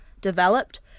developed